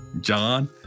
John